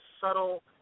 subtle